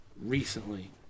recently